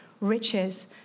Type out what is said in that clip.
riches